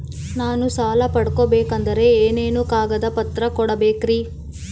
ನಾನು ಸಾಲ ಪಡಕೋಬೇಕಂದರೆ ಏನೇನು ಕಾಗದ ಪತ್ರ ಕೋಡಬೇಕ್ರಿ?